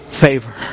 favor